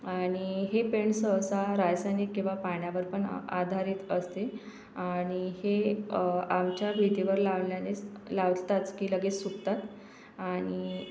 आणि हे पेंट सहसा रासायनिक किंवा पाण्यावर पण आधारित असते आणि हे आलच्या भिंतीवर लावल्यानेच लावताच की लगेच सुकतात आणि